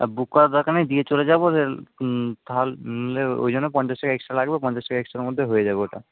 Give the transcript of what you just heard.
বুক করার দরকার নাই দিয়ে চলে যাবো তাহলে ওইজন্য পঞ্চাশ টাকা এক্সট্রা লাগবে পঞ্চাশ টাকা এক্সট্রার মধ্যে হয়ে যাবে ওটা